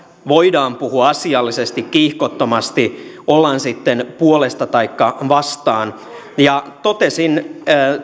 voidaan puhua asiallisesti kiihkottomasti ollaan sitten puolesta taikka vastaan totesin